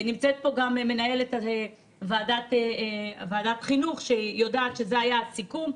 נמצאת פה גם מנהלת ועדת החינוך שיודעת שזה היה הסיכום,